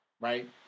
right